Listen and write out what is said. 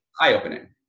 eye-opening